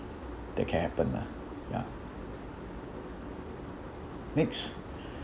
that can happen lah ya next